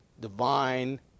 divine